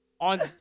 on